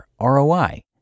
ROI